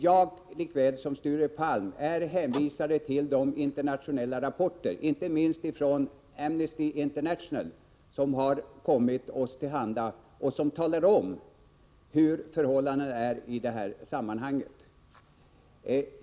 Jag lika väl som Sture Palm är hänvisad till de internationella rapporter, inte minst från Amnesty International, som har kommit oss till handa och där det talas om hur förhållandena är i detta sammanhang.